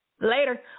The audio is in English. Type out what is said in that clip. Later